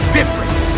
different